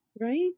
Right